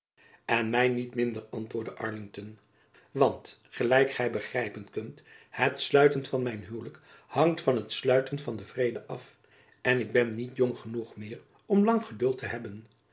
en my niet minder antwoordde arlington want gelijk gy begrijpen kunt het sluiten van mijn huwelijk hangt van het sluiten van den vrede af en ik ben niet jong genoeg meer om lang geduld te hebben